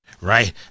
Right